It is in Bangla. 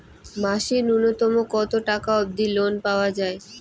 মাসে নূন্যতম কতো টাকা অব্দি লোন পাওয়া যায়?